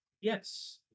Yes